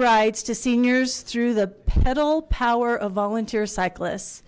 rides to seniors through the pedal power of volunteer cyclists